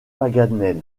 paganel